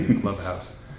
Clubhouse